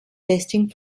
testing